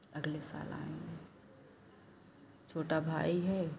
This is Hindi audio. अगले साल आएँगे छोटा भाई है